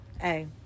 Hey